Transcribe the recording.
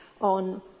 on